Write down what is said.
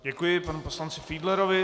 Děkuji panu poslanci Fiedlerovi.